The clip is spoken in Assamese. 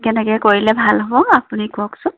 কেনেকৈ কৰিলে ভাল হ'ব আপুনি কওকচোন